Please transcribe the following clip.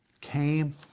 Came